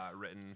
written